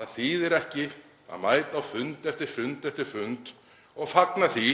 Það þýðir ekki að mæta á fund eftir fund og fagna því